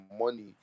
money